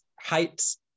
heights